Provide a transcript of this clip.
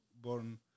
born